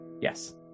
Yes